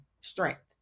strength